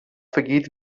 vergeht